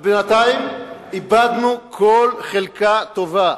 ובינתיים איבדנו כל חלקה טובה.